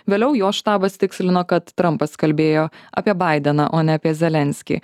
vėliau jo štabas tikslino kad trampas kalbėjo apie baideną o ne apie zelenskį